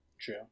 True